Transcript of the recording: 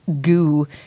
goo